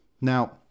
Now